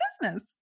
business